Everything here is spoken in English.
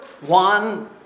one